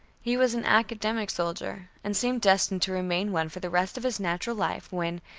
he was an academic soldier, and seemed destined to remain one for the rest of his natural life when,